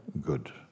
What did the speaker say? good